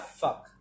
fuck